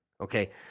Okay